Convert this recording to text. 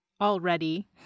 already